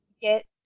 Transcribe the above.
get